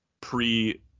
pre